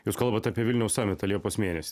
jūs kalbat apie vilniaus samitą liepos mėnesį